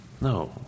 No